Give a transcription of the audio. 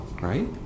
right